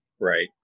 Right